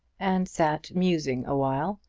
and sat musing awhile,